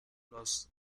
los